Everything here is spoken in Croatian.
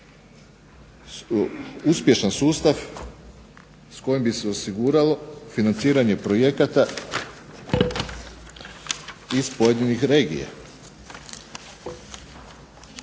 uspješan sustav s kojim bi se osiguralo financiranje projekata iz pojedinih regija.